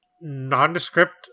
nondescript